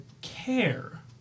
care